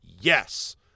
yes